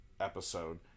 episode